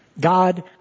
God